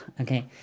Okay